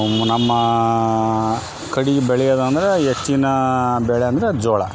ನಮ್ಮ ಕಡೆ ಬೆಳೆಯೋದಂದ್ರೆ ಹೆಚ್ಚಿನಾ ಬೆಳೆ ಅಂದರೆ ಜೋಳ